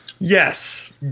Yes